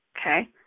Okay